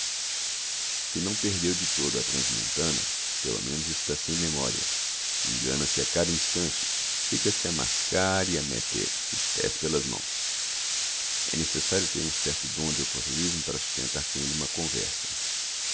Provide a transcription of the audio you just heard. se não perdeu de todo a transmontana pelo menos está sem memoria engana-se a cada instante fica se a mascar e a metter os pés pelas mãos é necessario ter um certo dom de opportunismo para sustentar com elle uma conversa